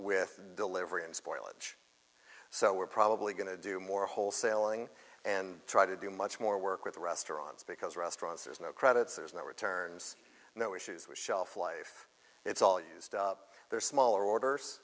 with delivery and spoilage so we're probably going to do more wholesaling and try to do much more work with the restaurants because restaurants there's no credits there's no returns no issues with shelf life it's all used they're smaller orders